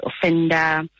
offender